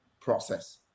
process